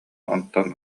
онтон